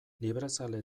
librezale